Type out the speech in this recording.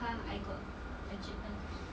ha I got Encik Tan to eat